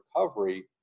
recovery